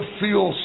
feel